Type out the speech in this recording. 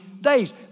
days